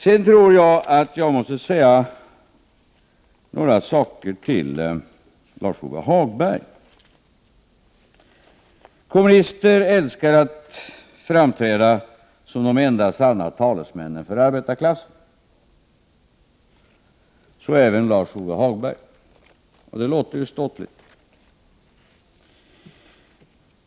Sedan tror jag att jag måste säga en del saker till Lars-Ove Hagberg. Kommunister älskar att framträda som de enda sanna talesmännen för arbetarklassen, så även Lars-Ove Hagberg. Det låter ju ståtligt.